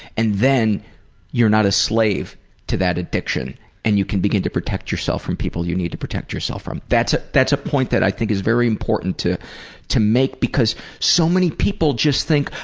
and then you're not a slave to that addiction and you can begin to protect yourself from people you need to protect yourself from. that's ah that's a point that i think is very important to to make because so many people just think,